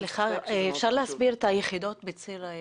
אפשר להסביר את היחידות בצלע Y?